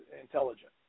intelligent